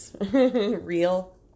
real